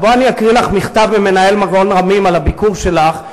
אז בואי אקריא לך מכתב ממנהל מעון "רמים" על הביקור שלך,